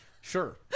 Sure